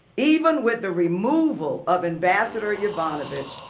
even with the removal of ambassador yovanovitch,